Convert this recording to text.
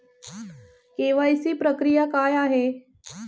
KYC प्रक्रिया काय आहे?